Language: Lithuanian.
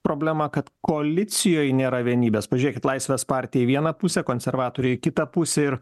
problema kad koalicijoj nėra vienybės pažiūrėkit laisvės partija į vieną pusę konservatoriai kitą pusę ir